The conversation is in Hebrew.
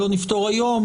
לא נפתור היום,